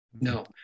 No